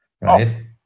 right